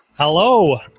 Hello